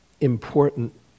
important